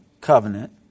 covenant